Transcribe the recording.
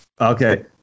Okay